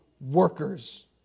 workers